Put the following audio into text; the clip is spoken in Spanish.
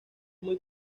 muy